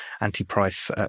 anti-price